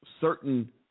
Certain